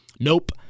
nope